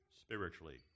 spiritually